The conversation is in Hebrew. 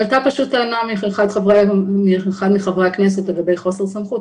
עלתה טענה משולחן חברי הכנסת לגבי חוסר סמכות.